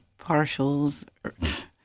partials